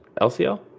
LCL